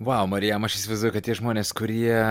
vau marijam aš įsivaizduoju kad tie žmonės kurie